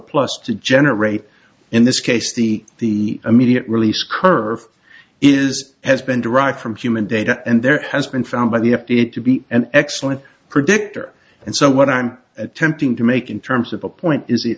plus to generate in this case the immediate release curve is has been derived from human data and there has been found by the f d a to be an excellent predictor and so what i'm attempting to make in terms of the point is it